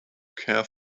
care